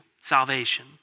salvation